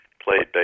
played